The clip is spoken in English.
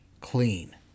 clean